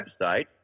website